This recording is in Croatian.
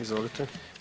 Izvolite.